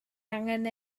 angen